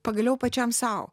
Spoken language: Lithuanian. pagaliau pačiam sau